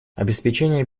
обеспечение